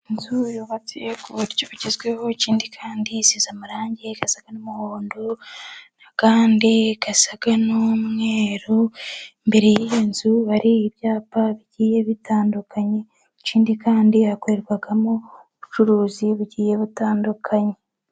Inzu yubatse ku buryo bugezweho, ikindi kandi isize amarangi asa n'umuhondo, n'ayandi asa n'umweru, imbere y'iyi nzu hari ibyapa bigiye bitandukanye, ikindi kandi hakorerwamo ubucuruzi bugiye butandukanye.